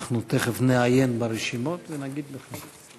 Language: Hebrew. אני רשום, תכף נעיין ברשימות ונגיד לך.